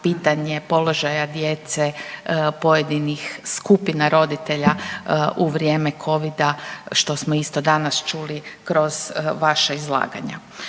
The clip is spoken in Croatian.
pitanje položaja djece pojedinih skupina roditelja u vrijeme covida što smo isto danas čuli kroz vaša izlaganja.